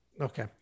Okay